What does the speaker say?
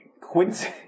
Quincy